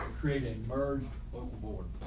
creating merged overboard,